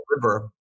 deliver